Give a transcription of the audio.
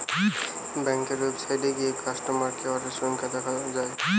ব্যাংকের ওয়েবসাইটে গিয়ে কাস্টমার কেয়ারের সংখ্যা দেখা যায়